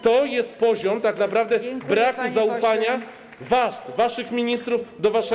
To jest poziom, tak naprawdę, braku zaufania, was, waszych ministrów do waszego.